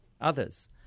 others